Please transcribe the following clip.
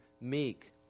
meek